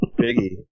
Biggie